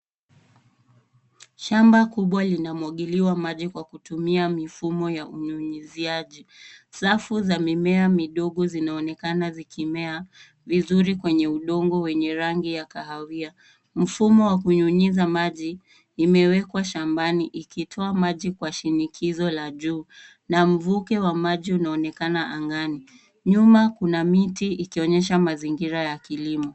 Shamba kubwa linamwagiliwa maji kwa kutumia mifumo ya unyunyiziaji. Rafu za mimea midogo inaonekana vikimea kwenye udongo wenye rangi ya kahawia. Mfumo wa kunyunyiza maji imewekwa shambani ikitoa maji kwa shinikizo la juu na mvuke wa maji unaonekana angani. Nyuma kuna miti ikionyesha mazingira ya kilimo.